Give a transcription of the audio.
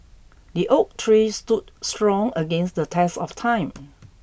the oak tree stood strong against the test of time